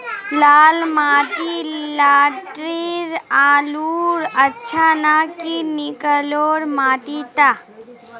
लाल माटी लात्तिर आलूर अच्छा ना की निकलो माटी त?